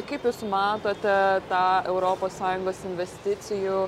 kaip jūs matote tą europos sąjungos investicijų